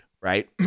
right